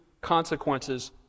consequences